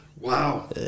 Wow